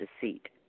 Deceit